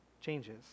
changes